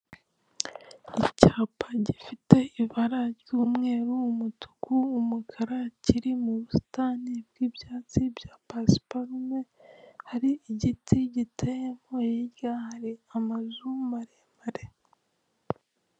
Icyapa gifite ibara ry'umweru, umutuku, umukara kiri mu busitani bw'ibyatsi bya pasiparumu, hari igiti giteyemo, hirya hari amazu maremare.